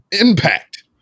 Impact